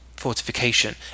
Fortification